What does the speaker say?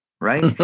Right